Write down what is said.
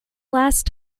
last